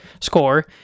score